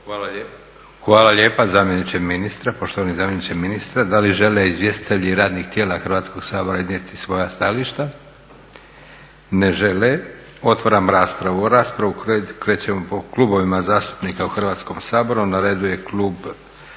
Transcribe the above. ministra, poštovani zamjeniče ministra. Da li žele izvjestitelji radnih tijela Hrvatskog sabora iznijeti svoja stajališta? Ne žele. Otvaram raspravu. U raspravu krećemo po klubovima zastupnika u Hrvatskom saboru.